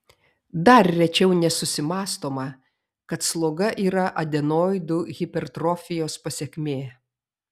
dar rečiau nesusimąstoma kad sloga yra adenoidų hipertrofijos pasekmė